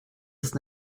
ist